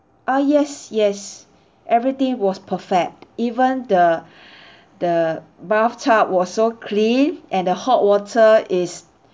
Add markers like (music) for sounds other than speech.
ah yes yes everything was perfect even the (breath) the bathtub was so clean and the hot water is